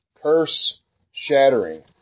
curse-shattering